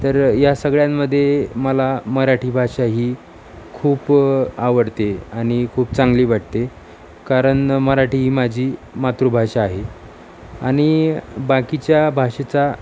तर या सगळ्यांमदे मला मराठी भाषा ही खूप आवडते आणि खूप चांगली वाटते कारण मराठी ही माझी मातृभाषा आहे आणि बाकीच्या भाषेचा